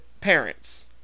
parents